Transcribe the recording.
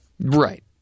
Right